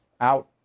Out